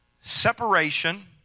separation